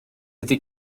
ydy